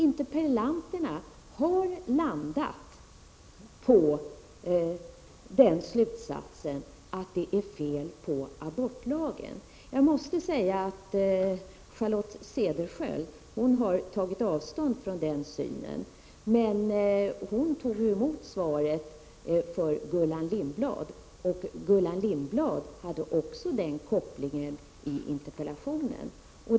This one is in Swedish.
Interpellanterna har landat på den slutsatsen att det är fel på abortlagen. Charlotte Cederschiöld har tagit avstånd från den synen, men hon tog emot svaret för Gullan Lindblad, som också gjorde denna koppling i interpellationen.